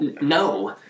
no